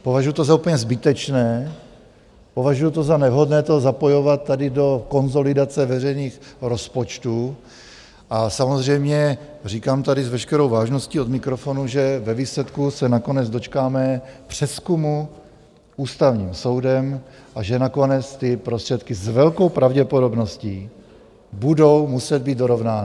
Považuju to za úplně zbytečné, považuju to za nevhodné to zapojovat tady do konsolidace veřejných rozpočtů a samozřejmě říkám tady s veškerou vážností od mikrofonu, že ve výsledku se nakonec dočkáme přezkumu Ústavním soudem a že nakonec ty prostředky s velkou pravděpodobností budou muset být dorovnány.